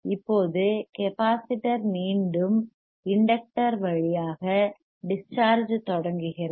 இப்போது கெப்பாசிட்டர் மீண்டும் இண்டக்டர் வழியாக டிஸ் சார்ஜ் தொடங்குகிறது